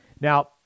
Now